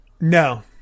No